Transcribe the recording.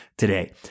today